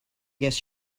guess